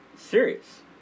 Serious